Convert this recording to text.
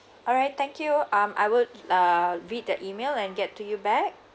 alright thank you um I would err read the email and get to you back